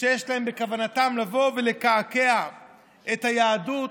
שיש בכוונתם לבוא ולקעקע את היהדות,